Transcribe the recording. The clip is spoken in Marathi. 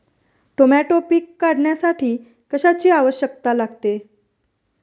टोमॅटो पीक काढण्यासाठी कशाची आवश्यकता लागते?